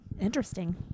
Interesting